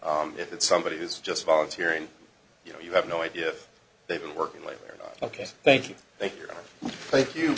if it's somebody who's just volunteer and you know you have no idea if they've been working late ok thank you thank you thank you